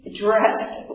dressed